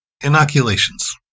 inoculations